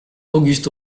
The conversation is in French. auguste